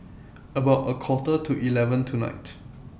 about A Quarter to eleven tonight